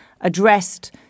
addressed